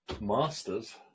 masters